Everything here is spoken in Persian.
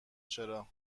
چرا